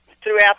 throughout